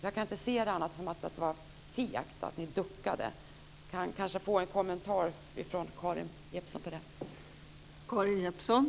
Jag kan inte se det på annat sätt än att det var fegt. Ni duckade. Jag kan kanske få en kommentar till det från